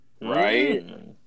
Right